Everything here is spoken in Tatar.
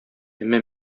әмма